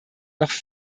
noch